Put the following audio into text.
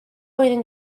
flwyddyn